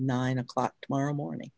nine o'clock tomorrow morning